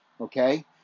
okay